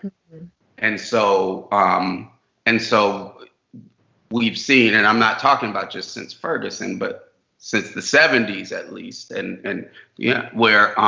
and so um and so we've seen and i'm not talking about just since ferguson but since the seventy s, at least, and and yeah where